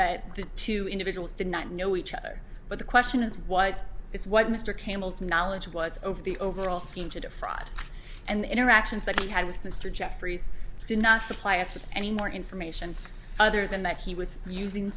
that the two individuals did not know each other but the question is what is what mr campbell's knowledge was over the overall scheme to defraud and interactions that he had with mr jeffreys did not supply us with any more information other than that he was using